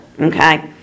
Okay